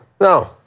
No